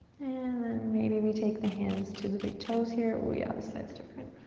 and then maybe we take the hands to the big toes here. ooh yeah, this side's different.